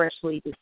freshly